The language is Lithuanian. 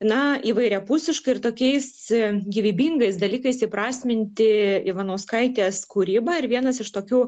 na įvairiapusiška ir tokiais gyvybingais dalykais įprasminti ivanauskaitės kūrybą ir vienas iš tokių